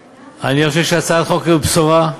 אני חושב שהצעת החוק הזאת היא בשורה,